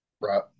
Right